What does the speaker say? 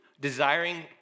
desiring